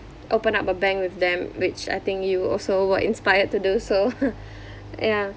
open up a bank with them which I think you also were inspired to do so ya